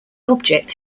object